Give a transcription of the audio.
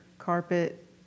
carpet